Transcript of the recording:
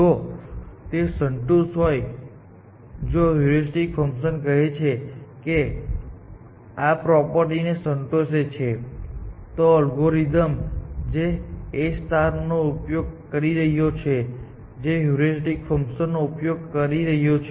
જો તે સંતુષ્ટ હોય જો હ્યુરિસ્ટિક ફંક્શન કહે છે કે તે આ પ્રોપર્ટી ને સંતોષે છે તો અલ્ગોરિધમ જે A નો ઉપયોગ કરી રહ્યો છે જે હ્યુરિસ્ટિક ફંક્શનનો ઉપયોગ કરી રહ્યો છે